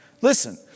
Listen